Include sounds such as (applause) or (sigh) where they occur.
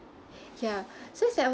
(breath) ya so it's like I